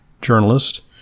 journalist